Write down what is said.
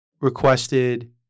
requested